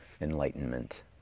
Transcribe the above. enlightenment